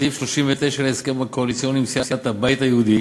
סעיף 39 להסכם הקואליציוני עם סיעת הבית היהודי